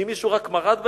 אם מישהו רק מרד בהם,